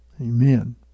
Amen